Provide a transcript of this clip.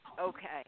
Okay